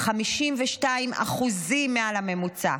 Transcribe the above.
52% מעל הממוצע.